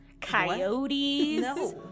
coyotes